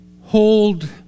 hold